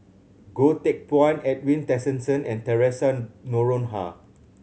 Goh Teck Phuan Edwin Tessensohn and Theresa Noronha